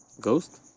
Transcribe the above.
Ghost